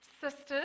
sisters